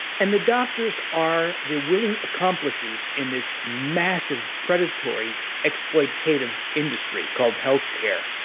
and the doctors are the willing accomplices in this massive predatory, exploitative industry called healthcare.